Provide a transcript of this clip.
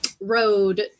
Road